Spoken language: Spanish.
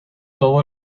todo